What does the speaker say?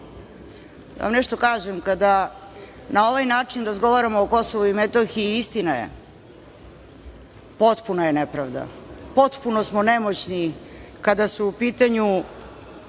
Da vam nešto kažem, kada na ovaj način razgovaramo o Kosovu i Metohiji, istina je, potpuna je nepravda, potpuno smo nemoćni kada su u pitanju